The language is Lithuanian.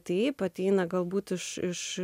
taip ateina galbūt iš